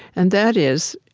and that is,